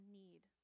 need